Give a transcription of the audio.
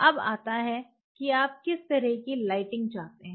अब आता है कि आप किस तरह की लाइटिंग चाहते हैं